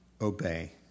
obey